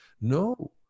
No